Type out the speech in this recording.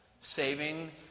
saving